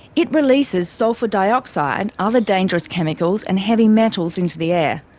it releases sulphur dioxide, other dangerous chemicals and heavy metals into the air.